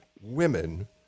women